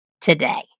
Today